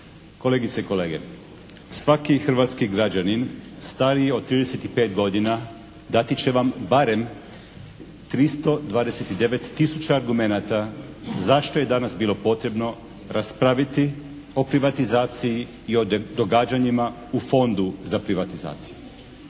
Kolegice i kolege! Svaki hrvatski građanin stariji od 35 godina dati će vam barem 329 tisuća argumenata zašto je danas bilo potrebno raspraviti o privatizaciji i o događanjima u Fondu za privatizaciju.